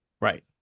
Right